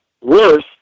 Worse